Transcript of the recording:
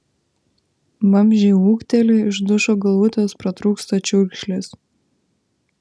vamzdžiai ūkteli iš dušo galvutės pratrūksta čiurkšlės